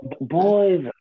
boys